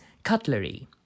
cutlery